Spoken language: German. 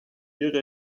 ihre